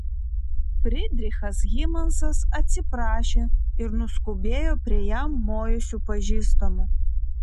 frydrichas hymansas atsiprašė ir nuskubėjo prie jam mojusių pažįstamų